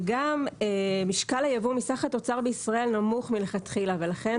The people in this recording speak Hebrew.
וגם משקל הייבוא מסך התוצר בישראל נמוך מלכתחילה ולכן